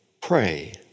pray